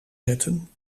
zetten